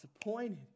disappointed